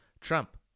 Trump